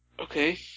Okay